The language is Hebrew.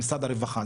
במשרד הרווחה,